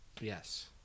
Yes